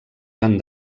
van